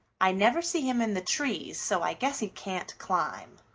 i never see him in the trees, so i guess he can't climb.